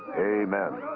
amen.